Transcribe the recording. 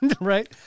right